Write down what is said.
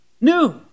New